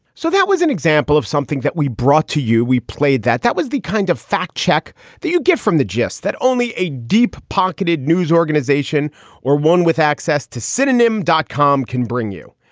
so that was an example of something that we brought to you. we played that. that was the kind of fact check that you get from the gist that only a deep pocketed news organization or one with access to synonym dot dot com can bring you.